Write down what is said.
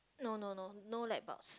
no no no no light bulbs